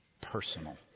personal